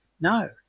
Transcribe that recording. no